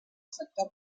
sector